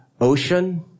ocean